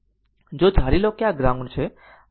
જો ધારી લો કે આ ગ્રાઉન્ડ છે